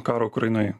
karo ukrainoj